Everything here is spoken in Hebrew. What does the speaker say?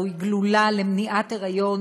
גלולה למניעת היריון,